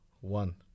One